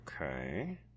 Okay